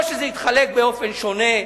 או שזה יתחלק באופן שונה.